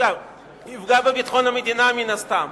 יפגע בביטחון המדינה מן הסתם.